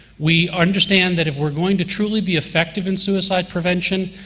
we understand that if we're going to truly be effective in suicide prevention,